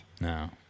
No